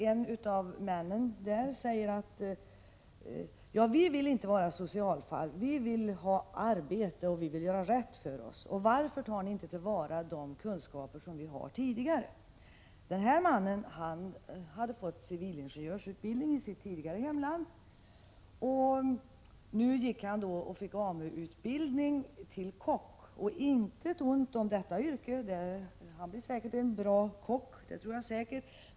En av de invandrarna säger: Vi vill inte vara socialfall. Vi vill ha arbete, och vi vill göra rätt för oss. Varför tar ni inte till vara de kunskaper vi har sedan tidigare? Denne man hade fått civilingenjörsutbildning i sitt tidigare hemland, och nu fick han AMU-utbildning till kock — intet ont om detta yrke. Jag tror säkert att han blir en bra kock.